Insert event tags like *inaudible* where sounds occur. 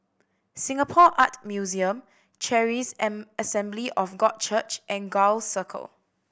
Singapore Art Museum Charis *unintelligible* Assembly of God Church and Gul Circle